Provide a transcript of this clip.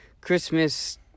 Christmas